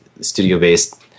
studio-based